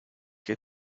que